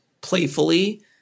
playfully